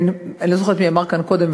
אני לא זוכרת מי אמר כאן קודם,